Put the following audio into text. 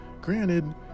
granted